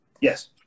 Yes